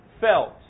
felt